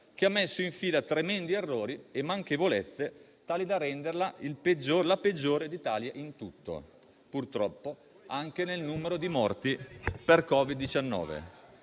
che ha messo in fila tremendi errori e manchevolezze, tali da renderla la peggiore d'Italia in tutto, purtroppo anche nel numero di morti per Covid-19.